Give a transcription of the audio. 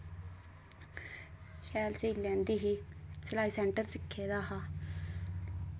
शैल सी लैंदी ही सलाई सैंटर सिक्खे दा हा